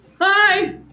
Hi